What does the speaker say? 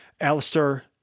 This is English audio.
alistair